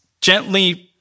gently